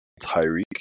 Tyreek